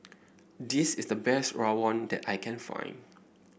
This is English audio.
this is the best Rawon that I can find